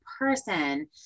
person